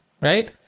right